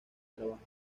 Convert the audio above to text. trabajo